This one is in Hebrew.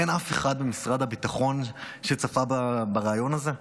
אין אף אחד ממשרד הביטחון שצפה בריאיון הזה?